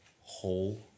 whole